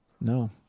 no